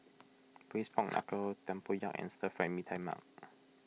Braised Pork Knuckle Tempoyak and Stir Fried Mee Tai Mak